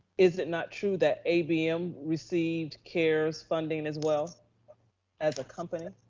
is it not true that abm received cares funding as well as a company?